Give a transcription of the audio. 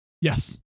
Yes